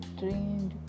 trained